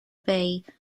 bay